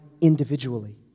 individually